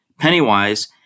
Pennywise